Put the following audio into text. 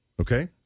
okay